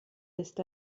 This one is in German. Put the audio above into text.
ist